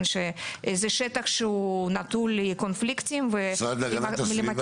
או שטח שהוא נטול קונפליקטים ולמקם שם.